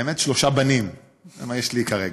האמת, שלושה בנים, זה מה שיש לי כרגע,